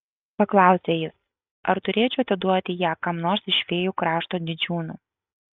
paklausė jis ar turėčiau atiduoti ją kam nors iš fėjų krašto didžiūnų